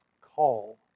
call